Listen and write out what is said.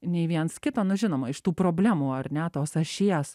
nei viens kito nu žinoma iš tų problemų ar ne tos ašies